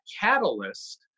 catalyst